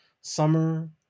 summer